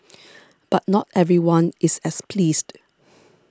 but not everyone is as pleased